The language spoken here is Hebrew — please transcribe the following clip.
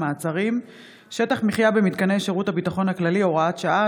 מעצרים) (שטח מחיה במתקני שירות הביטחון הכללי) (הוראת שעה),